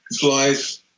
flies